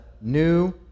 new